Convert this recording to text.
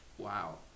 Wow